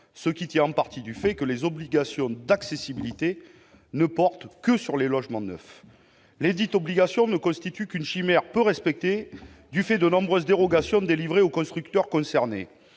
ce qui tient en partie au fait que les obligations en matière d'accessibilité ne portent que sur les logements neufs. Lesdites obligations ne constituent qu'une chimère, peu respectée du fait des nombreuses dérogations délivrées aux constructeurs concernés.